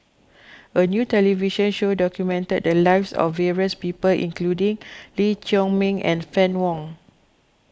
a new television show documented the lives of various people including Lee Chiaw Meng and Fann Wong